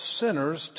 sinners